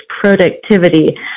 productivity